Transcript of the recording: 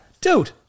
Dude